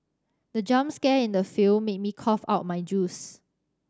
the jump scare in the film made me cough out my juice